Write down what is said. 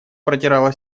протирала